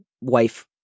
wife